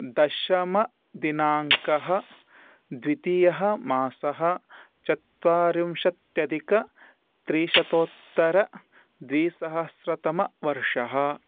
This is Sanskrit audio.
दशमदिनाङ्कः द्वितीयः मासः चत्वारिंशत्यधिकत्रिशतोत्तरद्विसहस्रतमवर्षः